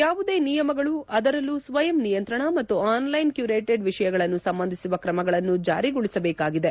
ಯಾವುದೇ ನಿಯಮಗಳು ಅದರಲ್ಲೂ ಸ್ವಯಂ ನಿಯಂತ್ರಣ ಮತ್ತು ಆನ್ಲೈನ್ ಕ್ಲುರೇಟೆಡ್ ವಿಷಯಗಳನ್ನು ನಿರ್ಬಂಧಿಸುವ ಕ್ರಮಗಳನ್ನು ಜಾರಿಗೊಳಿಸಬೇಕಾಗಿದೆ